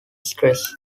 stress